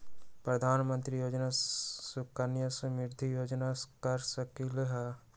प्रधानमंत्री योजना सुकन्या समृद्धि योजना कर सकलीहल?